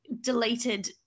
deleted